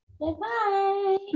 Bye-bye